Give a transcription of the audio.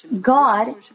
God